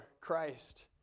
Christ